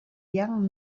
young